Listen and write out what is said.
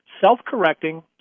self-correcting